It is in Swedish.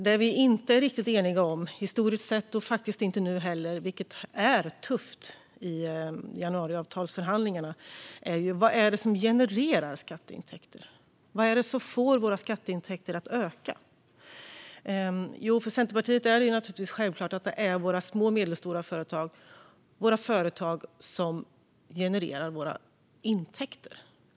Det vi inte är riktigt eniga om historiskt sett och inte nu heller, vilket är tufft i januariavtalsförhandlingarna, är: Vad är det som genererar skatteintäkter? Vad är det som får våra skatteintäkter att öka? För Centerpartiet är det självklart att det är våra små och medelstora företag som genererar våra intäkter.